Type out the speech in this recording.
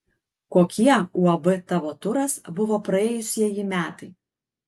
kokie uab tavo turas buvo praėjusieji metai